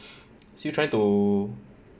still trying to